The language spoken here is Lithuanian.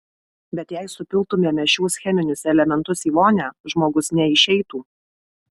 bet jei supiltumėme šiuos cheminius elementus į vonią žmogus neišeitų